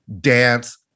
dance